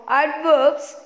adverbs